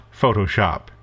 Photoshop